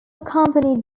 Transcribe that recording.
accompanied